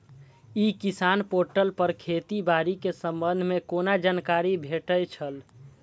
ई किसान पोर्टल पर खेती बाड़ी के संबंध में कोना जानकारी भेटय छल?